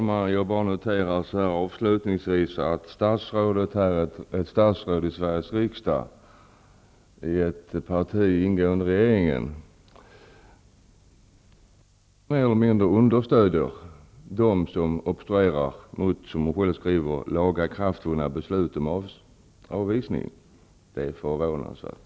Herr talman! Avslutningsvis noterar jag bara att statsrådet, som tillhör ett parti ingående i regeringen, här i riksdagen mer eller mindre understödjer de som obstruerar mot -- som statsrådet själv skriver -- lagakraftvunna beslut om avvisning. Det är förvånansvärt.